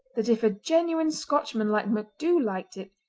that if a genuine scotchman like macdhu liked it,